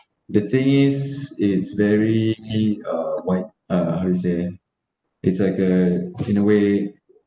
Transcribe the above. the thing is it's very uh wide uh how to say it's like uh in a way